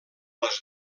les